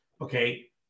okay